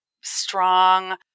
strong